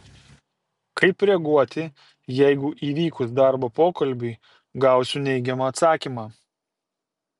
kaip reaguoti jeigu įvykus darbo pokalbiui gausiu neigiamą atsakymą